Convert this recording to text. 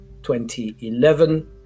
2011